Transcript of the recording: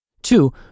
Two